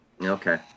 Okay